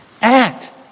act